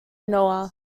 noah